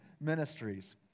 ministries